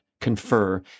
confer